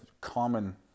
common